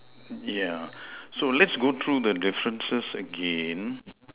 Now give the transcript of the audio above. yeah so let's go through the differences again